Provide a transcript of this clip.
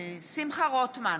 שמחה רוטמן,